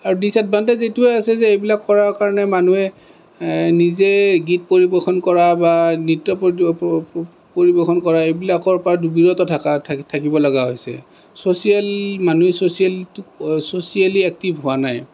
আৰু ডিজএডভানটেজ এইটোৱেই আছে যে এইবিলাক কৰাৰ কাৰণে মানুহে নিজে গীত পৰিৱেশন কৰা বা নৃত্য পৰিৱেশন কৰা এইবিলাকৰ পৰা দূৰতে থাকিবলগা হৈছে ছচিয়েলী মানুহ ছচিয়েলী ছচিয়েলী একটিভ হোৱা নাই